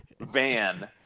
van